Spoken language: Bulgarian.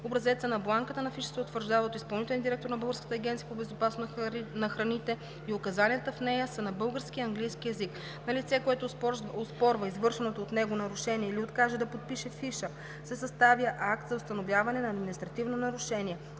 Образецът на бланката на фиша се утвърждава от изпълнителния директор на Българската агенция по безопасност на храните и указанията в нея са на български и английски език. На лице, което оспорва извършеното от него нарушение или откаже да подпише фиша, се съставя акт за установяване на административно нарушение.